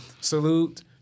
Salute